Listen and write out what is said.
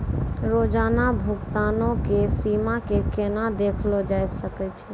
रोजाना भुगतानो के सीमा के केना देखलो जाय सकै छै?